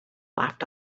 laughed